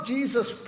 Jesus